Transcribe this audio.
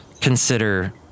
Consider